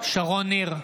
שרון ניר,